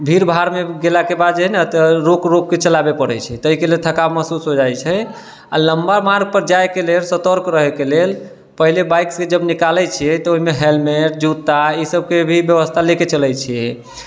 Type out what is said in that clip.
भीड़ भाड़मे गेलाके बाद जे हय ने तऽ रोकि रोकिके चलाबऽके पड़ै छै तऽ अइके लिए थकान महसूस होइ जाइ छै आओर लम्बा मार्गपर जाइके लेल सतर्क रहैके लेल पहिले बाइकसँ जब निकालै छियै तऽ ओइमे हेलमेट जूता ई सबके भी व्यवस्था लएके चलै छियै